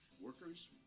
workers